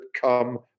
come